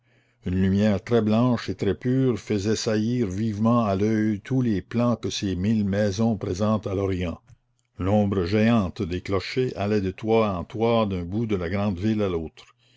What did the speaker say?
une lumière très blanche et très pure faisait saillir vivement à l'oeil tous les plans que ses mille maisons présentent à l'orient l'ombre géante des clochers allait de toit en toit d'un bout de la grande ville à l'autre